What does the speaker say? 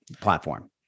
platform